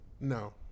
No